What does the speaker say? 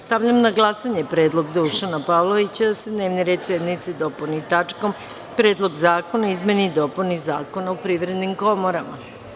Stavljam na glasanje predlog Dušana Pavlovića da se dnevni red sednice dopuni tačkom – Predlog zakona o izmenama i dopunama Zakona o privrednim komorama.